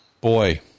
Boy